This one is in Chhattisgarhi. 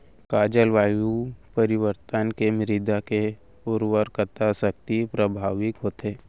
का जलवायु परिवर्तन से मृदा के उर्वरकता शक्ति प्रभावित होथे?